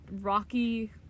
rocky